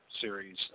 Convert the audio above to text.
series